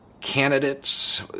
candidates